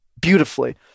beautifully